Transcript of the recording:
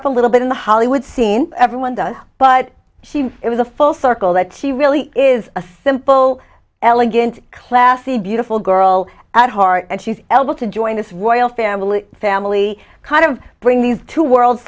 up a little bit in the hollywood scene everyone does but she was it was a full circle that she really is a simple elegant classy beautiful girl at heart and she's elbel to join us royal family family kind of bring these two worlds